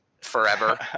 forever